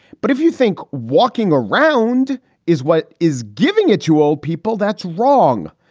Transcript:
but if you think walking around is what is giving it to old people, that's wrong.